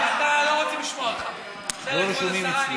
אתה, לא רוצים לשמוע אותך, תודה.